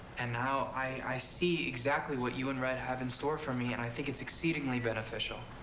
and now i i see exactly what you and red have in store for me, and i think it's exceedingly beneficial.